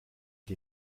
die